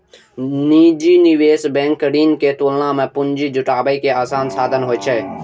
निजी निवेश बैंक ऋण के तुलना मे पूंजी जुटाबै के आसान साधन होइ छै